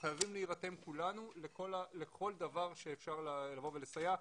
חייבים להירתם כולנו לכל דבר שאפשר לסייע בו.